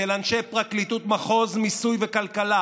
של אנשי פרקליטות מחוז מיסוי וכלכלה.